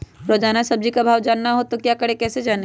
रोजाना सब्जी का भाव जानना हो तो क्या करें कैसे जाने?